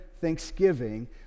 thanksgiving